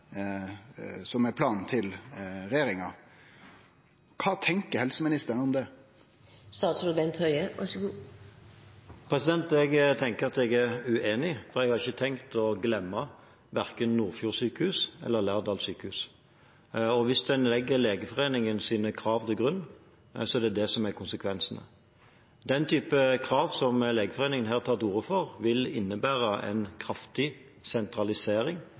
Jeg tenker at jeg er uenig, for jeg har ikke tenkt å glemme verken Nordfjord sjukehus eller Lærdal sjukehus. Hvis en legger Legeforeningens krav til grunn, er det konsekvensen. Den typen krav som Legeforeningen her tar til orde for, vil innebære en kraftig sentralisering